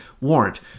warrant